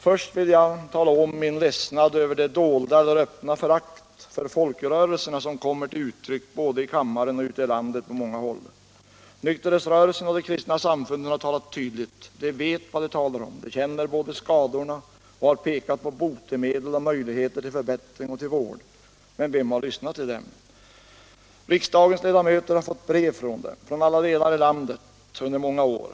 Först vill jag tala om min ledsnad över det dolda eller öppna förakt för folkrörelserna som kommer till uttryck både i kammaren och ute i landet på många håll. Nykterhetsrörelsen och de kristna samfunden har talat tydligt. De vet vad de talar om. De både känner skadorna och har pekat på botemedel och möjligheter till förbättring och vård. Men vem har lyssnat till dem? Riksdagens ledamöter har fått brev från dem från alla delar i landet under många år.